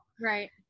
Right